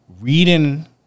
reading